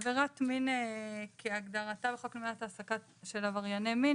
עבירת מין כהגדרתה בחוק למניעת העסקה של עברייני מין,